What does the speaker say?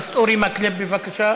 חבר הכנסת אורי מקלב, בבקשה.